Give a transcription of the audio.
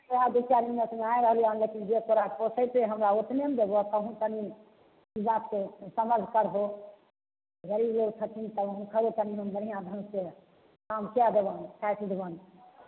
दू चारि मिनटमे आय रहलिए हँ लेकिन जे तोरा पोसेतै हमरा ओतने नहि देबो तोहू तनी ई बातके समझ करबहो गरीब लोग छथिन तनी हुनकरो तनी मनी बढ़िआँ ढङ्ग से काम कै देबनि काटि देबनि